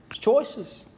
Choices